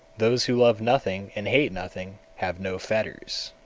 those who love nothing and hate nothing, have no fetters.